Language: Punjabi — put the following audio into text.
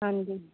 ਹਾਂਜੀ